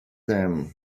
them